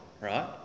right